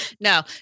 no